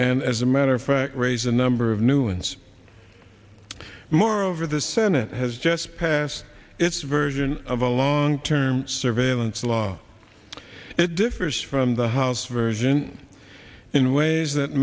and as a matter of fact raise a number of new ins moreover the senate has just passed its version of a long term surveillance law it differs from the house version in ways that